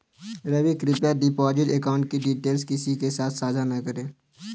रवि, कृप्या deposit account की details किसी के साथ सांझा न करें